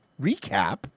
Recap